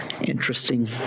interesting